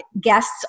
guests